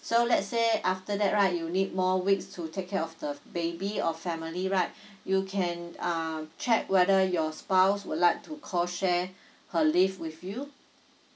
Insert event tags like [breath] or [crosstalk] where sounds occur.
so let's say that after that right you need more weeks to take care of the baby or family right [breath] you can um check whether your spouse would like to call share [breath] her leave with you